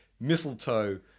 mistletoe